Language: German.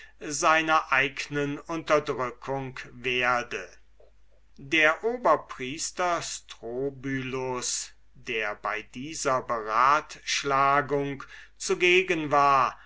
seiner eignen unterdrückung werde der oberpriester strobylus der bei dieser beratschlagung zugegen war